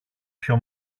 πιο